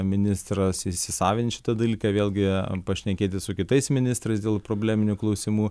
ministras įsisavint šitą dalyką vėlgi pašnekėti su kitais ministrais dėl probleminių klausimų